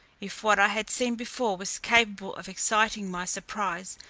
if what i had seen before was capable of exciting my surprise,